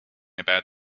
about